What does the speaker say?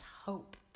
hope